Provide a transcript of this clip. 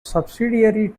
subsidiary